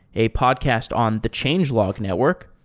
a podcast on the changelog network.